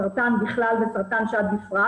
סרטן בכלל וסרטן שד בפרט.